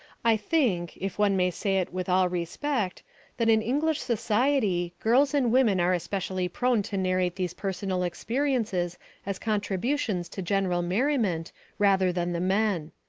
i think if one may say it with all respect that in english society girls and women are especially prone to narrate these personal experiences as contributions to general merriment rather than the men.